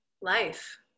life